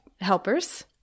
helpers